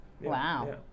Wow